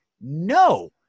no